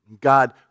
God